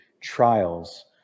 trials